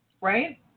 Right